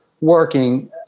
working